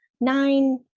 nine